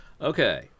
Okay